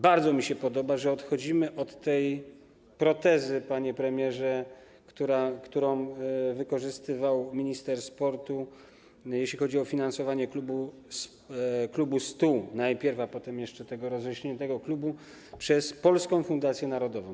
Bardzo mi się podoba, że odchodzimy od tej protezy, panie premierze, którą wykorzystywał minister sportu, jeśli chodzi o finansowanie najpierw Klubu 100, a potem jeszcze tego rozrośniętego klubu przez Polską Fundację Narodową.